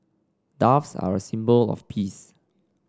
doves are a symbol of peace